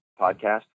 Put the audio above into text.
podcast